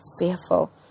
fearful